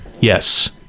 yes